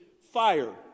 fire